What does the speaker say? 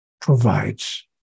provides